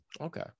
Okay